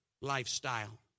lifestyle